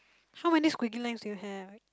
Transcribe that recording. how many squiggly lines do you have